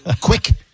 Quick